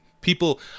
People